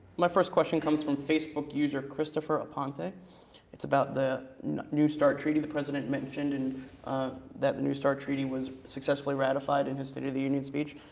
my first question comes from facebook user christopher aponte. phonetic it's about the new start treaty. the president mentioned and that the new start treaty was successfully ratified in his state of the union speech.